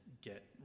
get